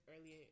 earlier